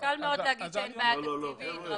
קל להגיד שאין בעיה תקציבית.